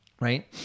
right